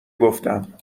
گفتم